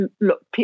look